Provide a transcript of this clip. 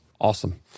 Awesome